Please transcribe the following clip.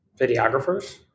videographers